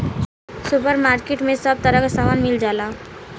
super market में सब तरह के सामान मिल जाला